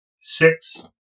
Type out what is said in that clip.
six